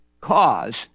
cause